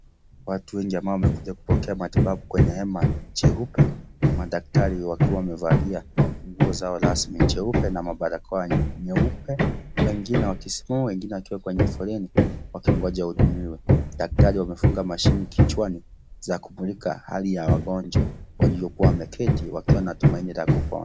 Watu wengi ambao wamekuja kupokea matibabu kwenye hema, cheupe. Madaktari wakiwa wamevalia mguo zao rasmi, cheupe. Na mabarakoa nyeupe, wengine wakisimama, wengine wakiwa kwenye foleni, wakingoja wahudumiwe. Daktari wamefunga mashini kichwani, za kumulika hali ya wagonjwa. Waliokuwa wameketi, wakiwa na tumaini la kupona.